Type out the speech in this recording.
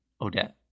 Odette